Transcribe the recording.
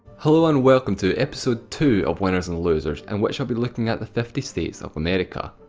hello and welcome to episode two of winners and losers, in which i'll be looking at the fifty states of america.